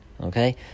Okay